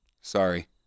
Sorry